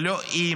זה לא "אם",